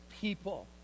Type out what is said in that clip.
people